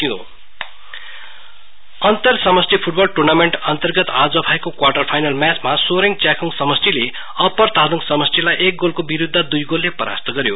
esports अन्तर समष्टी football tournament अन्तर्गत आज भएको क्वार्टर फाइनल म्याचमा सोरेङ च्याखुङ समष्टीले अप्पर तादोङ समष्टीलाई एक गोलको विरुद्ध दुई गोलले परास्त गर्यो